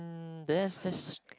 hmm there's this